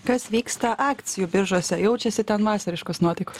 kas vyksta akcijų biržose jaučiasi ten vasariškos nuotaikos